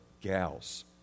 gals